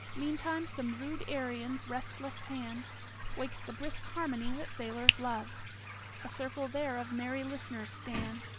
meantime some rude arion's restless hand wakes the brisk harmony that sailors love a circle there of merry listeners stand,